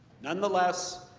nonetheless,